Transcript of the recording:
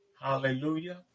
Hallelujah